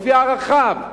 לפי ערכיו.